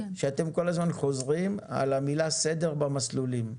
אתם כל הזמן חוזרים על המילה סדר במסלולים.